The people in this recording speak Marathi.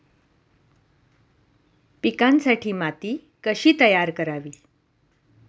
पिकांसाठी माती कशी तयार करावी?